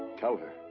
tell her.